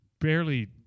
barely